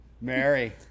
Mary